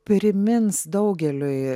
primins daugeliui